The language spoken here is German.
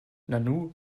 nanu